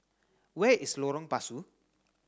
where is Lorong Pasu